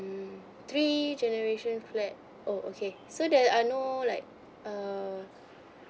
three generation flat oh okay so there are no like err